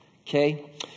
Okay